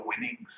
winnings